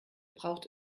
braucht